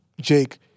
Jake